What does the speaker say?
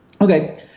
Okay